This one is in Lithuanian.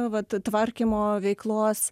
vat tvarkymo veiklos